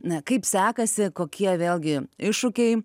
na kaip sekasi kokie vėlgi iššūkiai